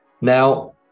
Now